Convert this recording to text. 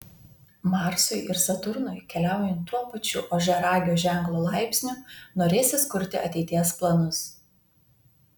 marsui ir saturnui keliaujant tuo pačiu ožiaragio ženklo laipsniu norėsis kurti ateities planus